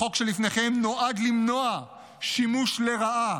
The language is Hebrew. החוק שלפניכם נועד למנוע שימוש לרעה